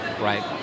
Right